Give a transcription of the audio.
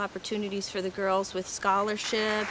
opportunities for the girls with scholarship